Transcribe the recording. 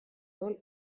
odol